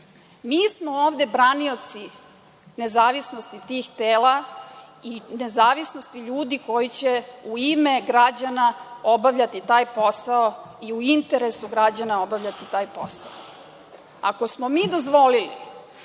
Mi smo ovde branioci nezavisnosti tih tela i nezavisnosti ljudi koji će u ime građana obavljati taj posao i u interesu građana obavljati taj posao. Ako smo mi dozvolili